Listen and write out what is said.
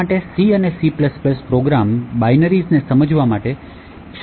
આપણા માટે C અને C પ્રોગ્રામ બાયનરીઝને સમજવા માટે સક્ષમ બનવું મહત્વપૂર્ણ છે